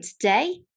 today